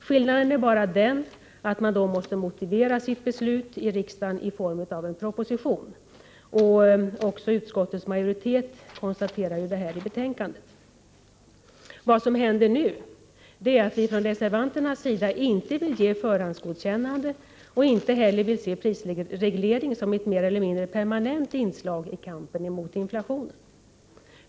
Skillnaden är bara den att regeringen då måste motivera sitt beslut i riksdagen i form av en proposition. Också utskottets majoritet konstaterar detta i betänkandet. Vi vill från reservanternas sida inte ge förhandsgodkännande. Inte heller vill vi se regleringen som ett mer eller mindre permanent inslag i kampen mot inflationen.